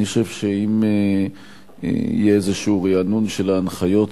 אני חושב שאם יהיה איזשהו רענון של ההנחיות,